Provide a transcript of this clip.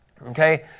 Okay